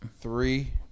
Three